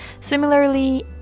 Similarly